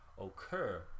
occur